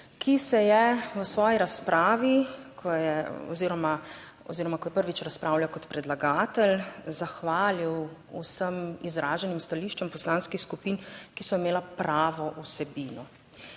ki se je v svoji razpravi oziroma ko je prvič razpravljal kot predlagatelj, zahvalil vsem izraženim stališčem poslanskih skupin, ki so imela pravo vsebino.